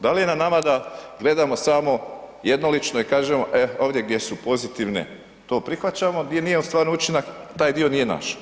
Da li je na nama da gledamo samo jednolično i kažemo e ovdje gdje su pozitivne to prihvaćamo, gdje nije ostvaren učinak taj dio nije naš.